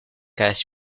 carrière